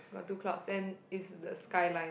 got two clouds then it's the skyline